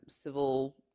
civil